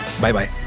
Bye-bye